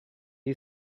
you